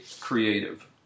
creative